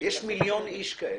יש מיליון איש כאלה.